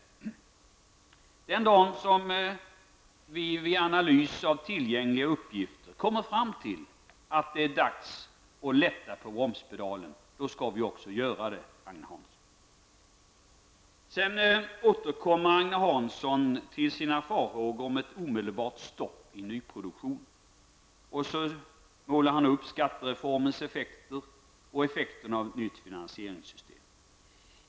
Den dag då vi vid analys av tillgängliga uppgifter kommer fram till att det är dags att lätta på bromspedalen, då skall vi också göra det, Agne Hansson! Sedan återkommer Agne Hansson till sina farhågor om ett omedelbart stopp i nyproduktionen, och han målar upp effekterna av skattereformen och av ett nytt finansieringssystem.